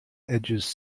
edges